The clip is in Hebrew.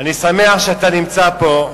אני שמח שאתה נמצא פה,